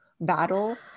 battle